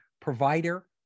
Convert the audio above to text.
provider